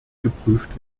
geprüft